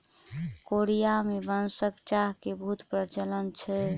Korea में बांसक चाह के बहुत प्रचलन छै